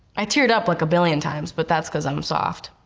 i teared up like a billion times, but that's cause i'm soft.